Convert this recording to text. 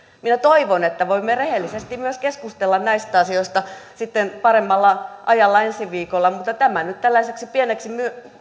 minä toivon että voimme rehellisesti keskustella näistä asioista sitten paremmalla ajalla ensi viikolla mutta tämä nyt tällaiseksi pieneksi